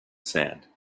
sand